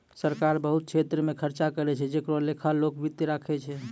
सरकार बहुत छेत्र मे खर्चा करै छै जेकरो लेखा लोक वित्त राखै छै